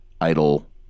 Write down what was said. idle